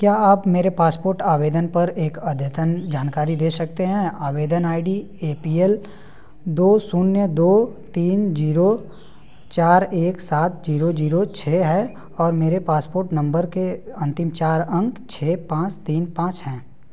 क्या आप मेरे पासपोर्ट आवेदन पर एक अद्यतन जानकारी दे सकते हैं आवेदन I D A P L दो शून्य दो तीन ज़ीरो चार एक सात जीरो जीरो छः है और मेरे पासपोर्ट नंबर के अंतिम चार अंक छः पाँच तीन पाँच हैं